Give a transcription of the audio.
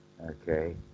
okay